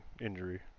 injury